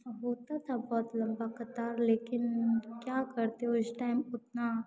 आ होता था बहुत लम्बा कतार लेकिन क्या करते उस टाइम उतना